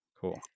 Cool